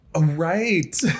right